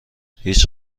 هیچ